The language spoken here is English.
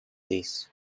this